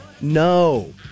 no